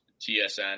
TSN